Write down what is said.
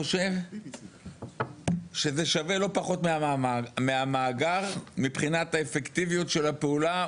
חושב שזה שווה לא פחות מהמאגר מבחינת האפקטיביות של הפעולה,